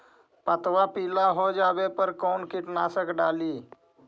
पतबा पिला हो जाबे पर कौन कीटनाशक डाली?